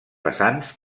pesants